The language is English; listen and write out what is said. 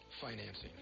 financing